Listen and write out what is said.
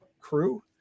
crew